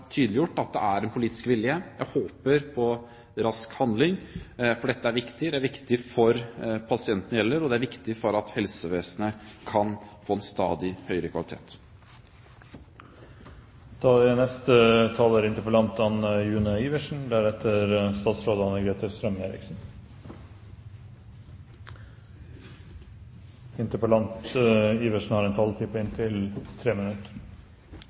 tydeliggjort at det er en politisk vilje. Jeg håper på rask handling, for dette er viktig. Det er viktig for den pasienten det gjelder, og det er viktig for at helsevesenet kan få stadig høyere